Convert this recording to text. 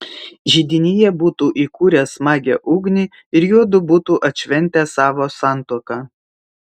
židinyje būtų įkūręs smagią ugnį ir juodu būtų atšventę savo santuoką